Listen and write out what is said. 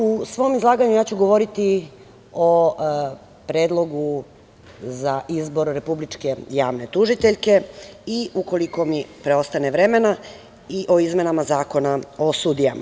U svom izlaganju ja ću govoriti o Predlogu za izbor republičke javne tužiteljke i ukoliko mi preostane vremena i o izmenama Zakona o sudijama.